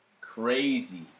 Crazy